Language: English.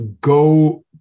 go